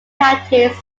counties